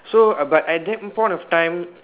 so uh but at that point of time